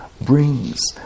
brings